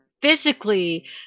physically